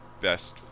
best